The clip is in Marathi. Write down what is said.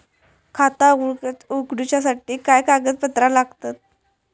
खाता उगडूच्यासाठी काय कागदपत्रा लागतत?